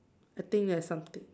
I think there's something